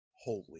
Holy